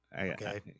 okay